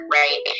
right